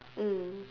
mm